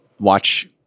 Watch